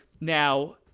Now